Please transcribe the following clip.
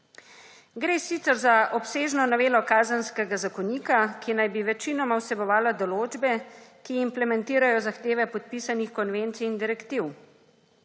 Gre sicer za obsežno novelo Kazenskega zakonika, ki naj bi večinoma vsebovala določbe, ki implementirajo zahteve podpisanih konvencij in direktiv,